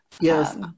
Yes